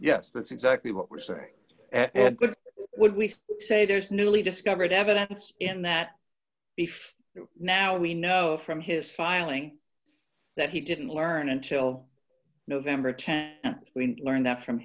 yes that's exactly what we're saying when we say there's newly discovered evidence in that beef now we know from his filing that he didn't learn until november th and we learned that from